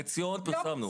דוח חציון פרסמנו.